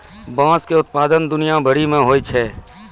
बाँस के उत्पादन दुनिया भरि मे होय छै